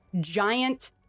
giant